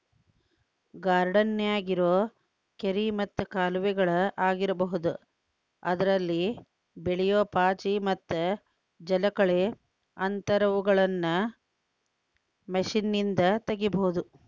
ಗಾರ್ಡನ್ಯಾಗಿರೋ ಕೆರಿ ಮತ್ತ ಕಾಲುವೆಗಳ ಆಗಿರಬಹುದು ಅದ್ರಲ್ಲಿ ಬೆಳಿಯೋ ಪಾಚಿ ಮತ್ತ ಜಲಕಳೆ ಅಂತವುಗಳನ್ನ ಮಷೇನ್ನಿಂದ ತಗಿಬಹುದು